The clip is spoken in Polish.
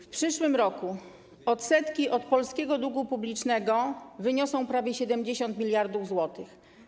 W przyszłym roku same odsetki od polskiego długu publicznego wyniosą prawie 70 mld zł.